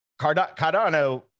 Cardano